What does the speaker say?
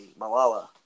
Malala